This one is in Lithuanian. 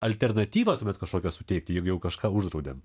alternatyvą tuomet kažkokią suteikti juk jau kažką uždraudėm